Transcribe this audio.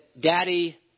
Daddy